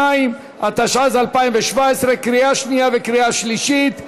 62), התשע"ז 2017, לקריאה שנייה וקריאה שלישית.